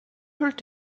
höhlt